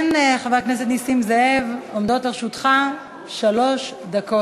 כן, חבר הכנסת נסים זאב, עומדות לרשותך שלוש דקות,